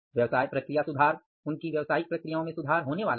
व्यवसाय प्रक्रिया सुधार उनकी व्यावसायिक प्रक्रिया में सुधार होने वाला है